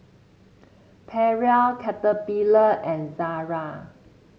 Perrier Caterpillar and Zara